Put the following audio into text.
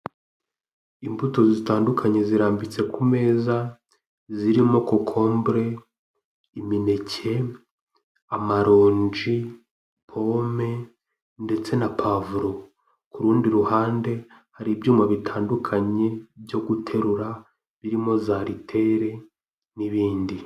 Imbuto zitandukanye zirambitse ku meza, zirimo: kokombure, imineke, amaronji, pome ndetse na pavuro. Ku rundi ruhande hari ibyuma bitandukanye byo guterura birimo za aritere n'ibindi.